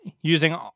using